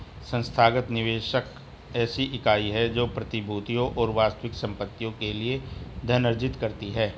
संस्थागत निवेशक ऐसी इकाई है जो प्रतिभूतियों और वास्तविक संपत्तियों के लिए धन अर्जित करती है